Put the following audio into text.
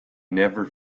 never